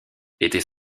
étaient